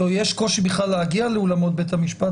יש קושי בכלל להגיע אל אולמות בית המשפט,